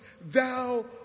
thou